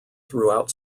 throughout